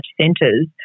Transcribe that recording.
centres